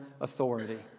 authority